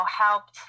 helped